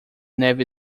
neve